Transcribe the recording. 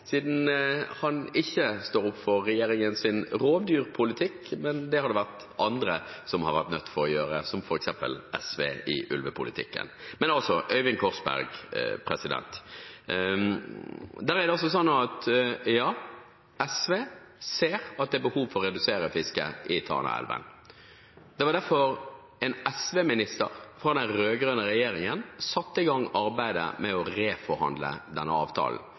siden han ikke står opp for regjeringens rovdyrpolitikk. Det er det andre som har vært nødt til å gjøre, som f.eks. SV i ulvepolitikken. Men altså, til Øyvind Korsberg: Ja, SV ser at det er behov for å redusere fisket i Tanaelven. Det var derfor en SV-minister fra den rød-grønne regjeringen satte i gang arbeidet med å reforhandle denne avtalen.